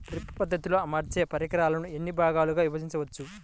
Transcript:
Drip పద్ధతిలో అమర్చే పరికరాలను ఎన్ని భాగాలుగా విభజించవచ్చు?